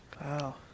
Wow